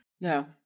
no